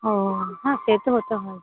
ও হ্যাঁ সে তো হতে হয়